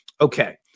Okay